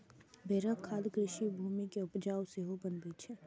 भेड़क खाद कृषि भूमि कें उपजाउ सेहो बनबै छै